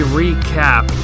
recap